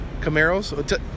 Camaros